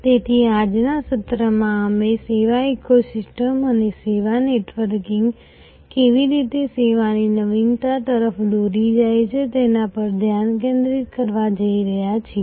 તેથી આજના સત્રમાં અમે સેવા ઇકોસિસ્ટમ અને સેવાઓનું નેટવર્કિંગ કેવી રીતે સેવાની નવીનતા તરફ દોરી જાય છે તેના પર ધ્યાન કેન્દ્રિત કરવા જઈ રહ્યા છીએ